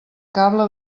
cable